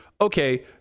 okay